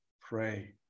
pray